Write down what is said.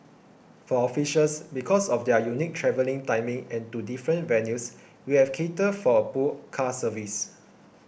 for officials because of their unique travelling timings and to different venues we have catered for a pool car service